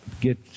get